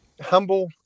humble